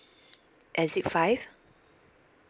exit five